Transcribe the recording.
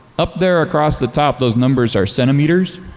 up there across the top, those numbers are centimeters.